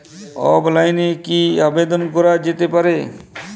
অফলাইনে কি আবেদন করা যেতে পারে?